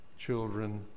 children